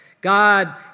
God